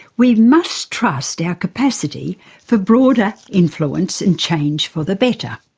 we must trust our capacity for broader influence and change for the better.